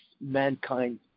mankind